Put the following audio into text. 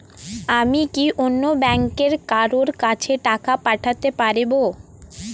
আমি কি অন্য ব্যাংকের কারো কাছে টাকা পাঠাতে পারেব?